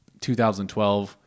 2012